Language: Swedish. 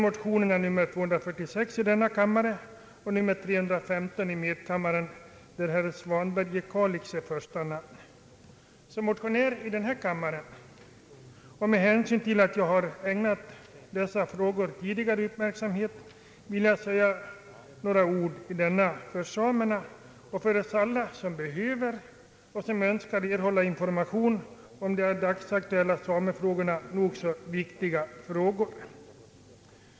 Motionerna har nr 246 i denna kammare och 315 i medkammaren, där herr Svanberg i Kalix står som första man. Som motionär i den här kammaren och med hänsyn till att jag tidigare har ägnat dessa frågor uppmärksamhet vill jag säga några ord om dessa frågor, som är så viktiga för samerna och för oss alla som önskar och behöver information om samernas aktuella angelägenheter.